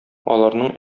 аларның